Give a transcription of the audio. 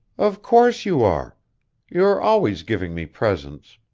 of course you are you are always giving me presents.